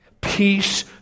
Peace